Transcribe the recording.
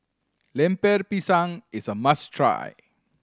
Lemper Pisang is a must try